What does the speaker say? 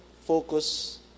focus